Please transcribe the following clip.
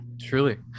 truly